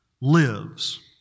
lives